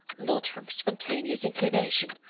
not from spontaneous inclination,